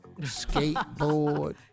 Skateboard